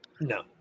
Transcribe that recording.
No